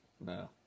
No